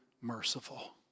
merciful